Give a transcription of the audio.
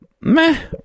Meh